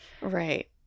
Right